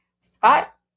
Scott